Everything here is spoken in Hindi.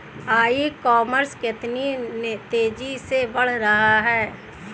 ई कॉमर्स कितनी तेजी से बढ़ रहा है?